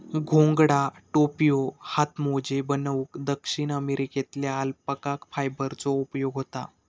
घोंगडा, टोप्यो, हातमोजे बनवूक दक्षिण अमेरिकेतल्या अल्पाका फायबरचो उपयोग होता